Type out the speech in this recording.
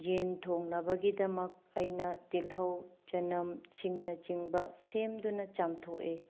ꯌꯦꯟ ꯊꯣꯡꯅꯕꯒꯤꯗꯃꯛ ꯑꯩꯅ ꯇꯤꯜꯍꯧ ꯆꯅꯝ ꯁꯤꯡꯅ ꯆꯤꯡꯕ ꯁꯦꯝꯗꯨꯅ ꯆꯥꯝꯊꯣꯛꯑꯦ